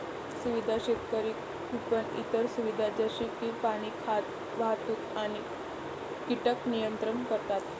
सुविधा शेतकरी कुंपण इतर सुविधा जसे की पाणी, खाद्य, वाहतूक आणि कीटक नियंत्रण करतात